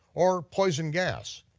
or poison gas.